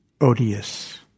odious